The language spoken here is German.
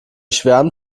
schwärmt